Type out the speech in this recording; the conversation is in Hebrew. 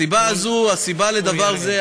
הסיבה לדבר הזה,